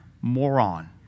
moron